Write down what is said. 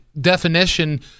definition